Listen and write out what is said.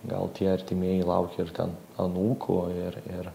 gal tie artimieji laukia ir ten anūkų ir ir